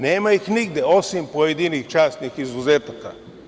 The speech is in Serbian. Nema ih nigde, osim pojedinih časnih izuzetaka.